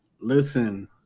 listen